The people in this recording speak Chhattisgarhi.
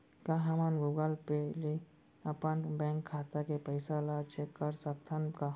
का हमन गूगल ले अपन बैंक खाता के पइसा ला चेक कर सकथन का?